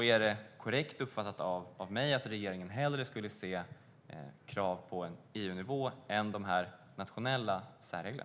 Är det korrekt uppfattat av mig att regeringen hellre skulle se krav på EU-nivå än dessa nationella särregler?